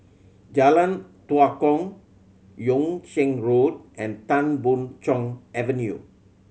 Jalan Tua Kong Yung Sheng Road and Tan Boon Chong Avenue